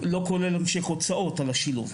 לא כולל המשך הוצאות על השילוב.